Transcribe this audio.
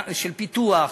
של פיתוח,